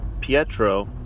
Pietro